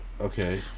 Okay